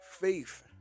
faith